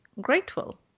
Grateful